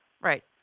Right